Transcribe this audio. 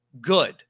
good